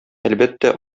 әлбәттә